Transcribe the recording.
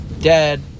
Dad